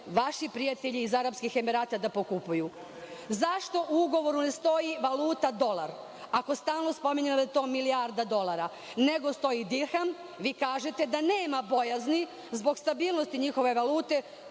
vaši prijatelji iz Arapskih Emirata da pokupuju.Zašto u ugovoru ne stoji valuta dolar ako stalno spominjemo da je to milijarda dolara, nego stoji dirham? Vi kažete da nema bojazni zbog stabilnosti njihove valute